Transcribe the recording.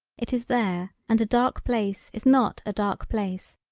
it is there and a dark place is not a dark place,